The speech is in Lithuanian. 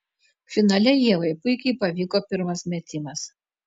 finale ievai puikiai pavyko pirmas metimas